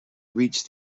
reach